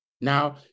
Now